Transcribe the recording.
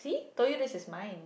see told you this is mine